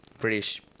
British